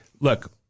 Look